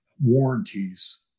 warranties